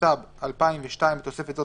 התשס"ב 2002 (בתוספת זו,